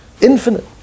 infinite